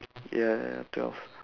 ya twelve